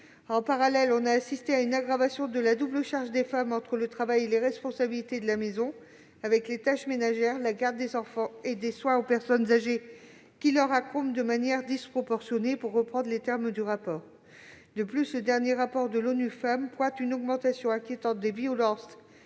En parallèle, nous avons assisté à une aggravation de la double charge des femmes entre le travail et les responsabilités de la maison, avec les tâches ménagères, la garde des enfants et les soins aux personnes âgées qui leur incombent de manière disproportionnée. De plus, le dernier rapport d'ONU Femmes pointe une augmentation inquiétante des violences